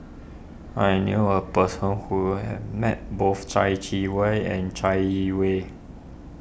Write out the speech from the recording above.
I knew a person who has met both Chai Wei and Chai Yee Wei